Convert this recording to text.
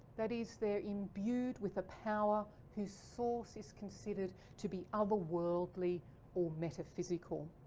that is, they're imbued with the power whose source is considered to be otherworldly or metaphysical.